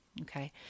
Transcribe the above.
Okay